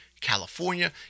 California